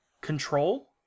control